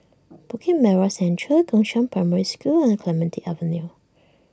Bukit Merah Central Gongshang Primary School and Clementi Avenue